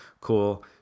cool